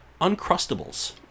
Uncrustables